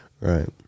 Right